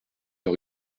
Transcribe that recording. par